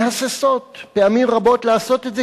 מהססות פעמים רבות לעשות את זה,